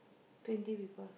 twenty people